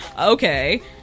Okay